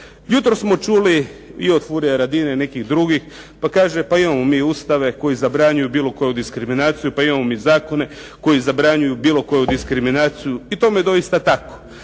Jutros smo čuli i od Furia Radina i nekih drugih pa kaže pa imamo mi ustave koji zabranjuju bilo koju diskriminaciju, pa imamo mi zakone koji zabranjuju bilo koju diskriminaciju i tome je doista tako.